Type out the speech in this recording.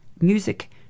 Music